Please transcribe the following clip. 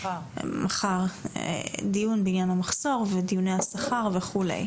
מחר דיון בעניין המחסור ודיוני השכר וכו'.